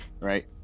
right